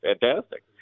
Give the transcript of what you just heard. Fantastic